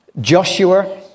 Joshua